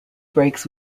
breaks